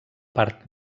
part